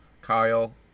Kyle